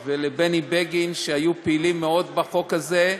סעדי ובני בגין, שהיו פעילים מאוד בחוק הזה,